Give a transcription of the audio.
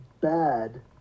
bad